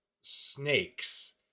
snakes